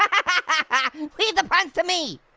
i mean leave the puns to me.